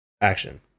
action